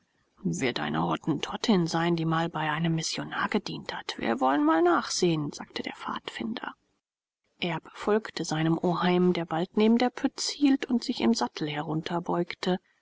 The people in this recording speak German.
wird eine hottentottin sein die mal bei einem missionar gedient hat wir wollen mal nachsehen sagte der pfadfinder erb folgte seinem oheim der bald neben der pütz hielt und sich im sattel